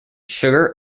sugar